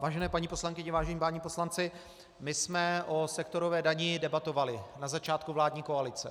Vážené paní poslankyně, vážení páni poslanci, my jsme o sektorové dani debatovali na začátku vládní koalice.